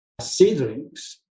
seedlings